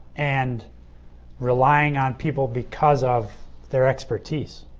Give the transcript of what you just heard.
and relying on people because of their expertise.